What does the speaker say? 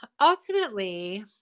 ultimately